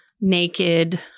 naked